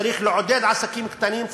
צריך לעודד עסקים קטנים,